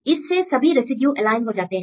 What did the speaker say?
इससे सभी residue align हो जाते हैं